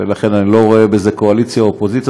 ולכן אני לא רואה בזה קואליציה ואופוזיציה,